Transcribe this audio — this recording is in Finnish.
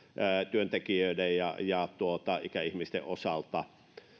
työntekijöiden ja ja ikäihmisten osalta